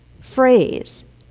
phrase